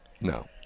No